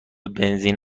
بنزین